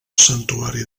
santuari